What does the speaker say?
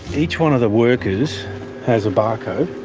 each one of the workers has a barcode,